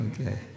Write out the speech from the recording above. Okay